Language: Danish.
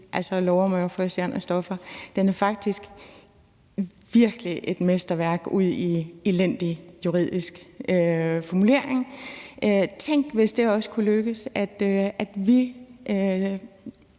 i lov om euforiserende stoffer. Den er faktisk virkelig et mesterværk udi elendig juridisk formulering. Tænk, hvis det også kunne lykkes, at vi